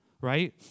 right